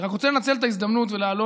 אני רק רוצה לנצל את ההזדמנות ולהעלות